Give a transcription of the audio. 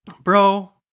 bro